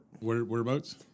Whereabouts